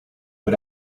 but